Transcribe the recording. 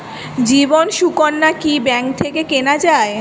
জীবন সুকন্যা কি ব্যাংক থেকে কেনা যায়?